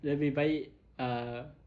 lebih baik uh